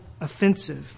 offensive